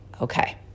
okay